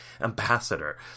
ambassador